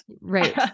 Right